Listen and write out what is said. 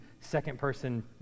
second-person